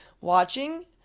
Watching